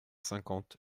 cinquante